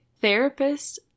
therapist